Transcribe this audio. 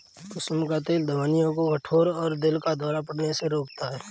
कुसुम का तेल धमनियों को कठोर और दिल का दौरा पड़ने से रोकता है